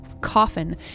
coffin